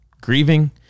grieving